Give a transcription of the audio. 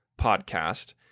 podcast